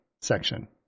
section